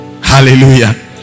Hallelujah